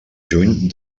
juny